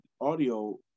audio